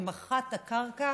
שמכרה את הקרקע